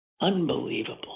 Unbelievable